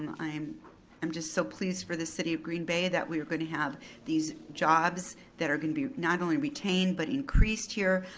i am um just so pleased for this city of green bay that we're gonna have these jobs that are gonna be not only retained, but increased here.